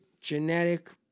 genetic